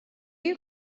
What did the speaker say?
you